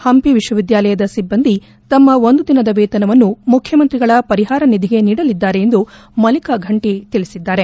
ಹಂಪಿ ವಿಶ್ವವಿದ್ಯಾನಿಲಯದ ಸಿಬ್ಲಂದಿ ತಮ್ನ ಒಂದು ದಿನದ ವೇತನವನ್ನು ಮುಖ್ಯಮಂತ್ರಿಗಳ ಪರಿಹಾರ ನಿಧಿಗೆ ನೀಡಲಿದ್ದಾರೆ ಎಂದು ಮಲ್ಲಿಕಾ ಫಂಟಿ ತಿಳಿಸಿದರು